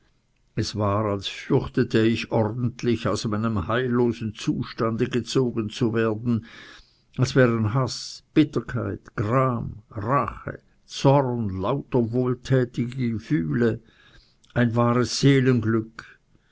es war als fürchtete ich ordentlich aus meinem heillosen zustande gezogen zu werden als wären haß bitterkeit gram rache zorn lauter wohltätige gefühle ein wahres